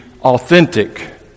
authentic